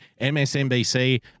MSNBC